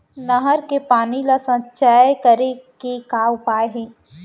नहर के पानी ला संचय करे के का उपाय हे?